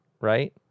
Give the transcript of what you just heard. right